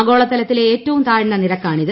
ആഗോളതലത്തിലെ ഏറ്റവും താഴ്ന്ന നിരക്കാണിത്